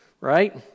right